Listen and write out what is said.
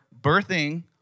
birthing